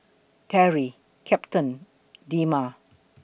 Teri Captain Delma